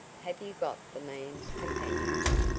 have you got the man's companions?